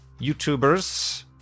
YouTubers